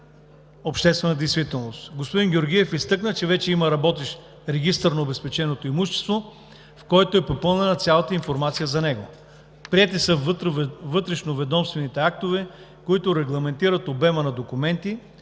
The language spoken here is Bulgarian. нашата страна. Господин Георгиев изтъкна, че вече има работещ Регистър на обезпеченото имущество, в който е попълнена цялата информация за него. Приети са вътрешноведомствените актове, регламентиращи обмена на документи